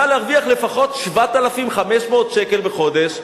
את צריכה להרוויח לפחות 7,500 שקל בחודש.